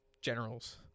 generals